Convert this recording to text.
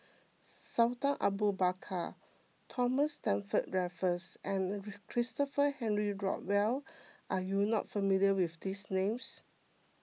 Sultan Abu Bakar Thomas Stamford Raffles and Christopher Henry Rothwell are you not familiar with these names